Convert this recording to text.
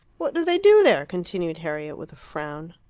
what do they do there? continued harriet, with a frown.